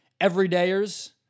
Everydayers